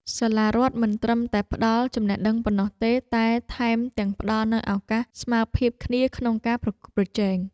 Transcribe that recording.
សាលារដ្ឋមិនត្រឹមតែផ្តល់ចំណេះដឹងប៉ុណ្ណោះទេតែថែមទាំងផ្តល់នូវឱកាសស្មើភាពគ្នាក្នុងការប្រកួតប្រជែង។